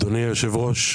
אדוני היושב-ראש,